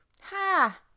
Ha